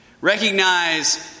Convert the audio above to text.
Recognize